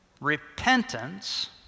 repentance